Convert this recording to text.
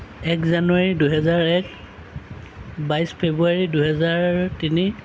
এক জানুৱাৰী দুহেজাৰ এক বাইছ ফেব্ৰুৱাৰী দুহেজাৰ তিনি